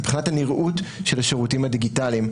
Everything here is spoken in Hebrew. מבחינת הנראות של השירותים הדיגיטליים.